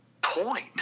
point